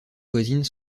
voisines